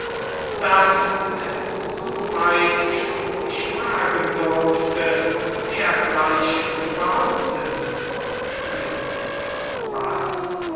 daß es so weit schon sich wagen durfte dergleichen zu behaupten könig was